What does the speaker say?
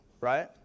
right